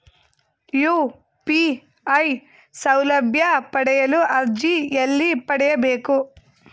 UPI ಸೌಲಭ್ಯ ಪಡೆಯಲು ಅರ್ಜಿ ಎಲ್ಲಿ ಪಡಿಬೇಕು?